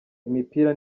imipira